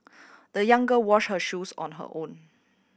the young girl washed her shoes on her own